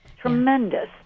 Tremendous